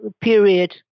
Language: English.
period